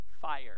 fire